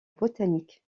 botanique